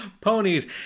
ponies